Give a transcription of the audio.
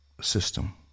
System